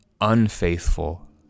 unfaithful